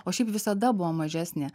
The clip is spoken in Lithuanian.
o šiaip visada buvo mažesnė